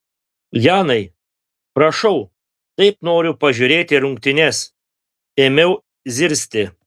janai prašau taip noriu pažiūrėti rungtynes ėmiau zirzti